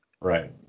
Right